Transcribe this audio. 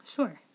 Sure